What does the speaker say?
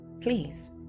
please